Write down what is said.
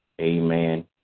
Amen